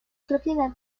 propiedades